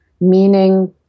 meaning